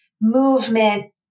movement